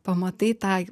pamatai tą